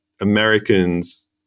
Americans